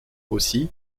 aussi